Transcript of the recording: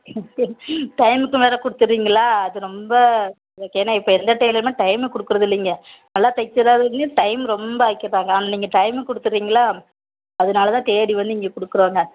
டைம்க்கும் வேறே கொடுத்திறீங்களா அது ரொம்ப எனக்கு ஏன்னா இப்போ எந்த டைலருமே டைம்க்கு கொடுக்குறதில்லிங்க நல்லா தச்சிரதாலேயும் டைம் ரொம்ப ஆக்கிடறாங்க ஆனால் நீங்கள் டைம்க்கு கொடுத்துறீங்களா அதனால் தான் தேடி வந்து இங்கே கொடுக்குறோங்க